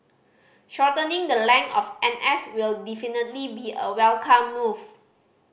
shortening the length of N S will definitely be a welcome move